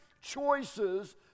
choices